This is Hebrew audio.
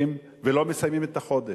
ולא מסיימים את החודש,